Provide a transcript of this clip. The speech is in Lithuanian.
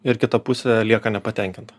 ir kita pusė lieka nepatenkinta